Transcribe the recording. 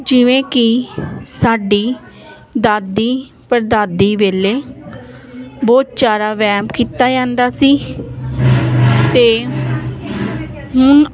ਜਿਵੇਂ ਕਿ ਸਾਡੀ ਦਾਦੀ ਪੜਦਾਦੀ ਵੇਲੇ ਬਹੁਤ ਜ਼ਿਆਦਾ ਵਹਿਮ ਕੀਤਾ ਜਾਂਦਾ ਸੀ ਅਤੇ ਹੁਣ